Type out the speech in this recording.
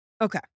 Okay